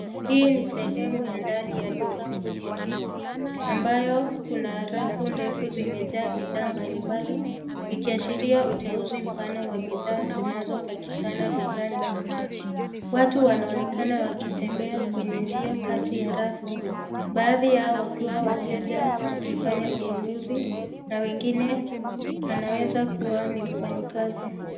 Hii ni sehemu ya ndani ya duka kubwa ambayo kuna rafu ndefu zimejaa bidhaa mbalimbali ikiashiria uteuzi mpana wa bidhaa zinazopatikana dukani. Watu wanaonekana wakitembea kwenye njia kati ya rafu baadhi wakiwa wateja wakifanya ununuzi na wengine wanaweza kuwa ni mfanyikazi.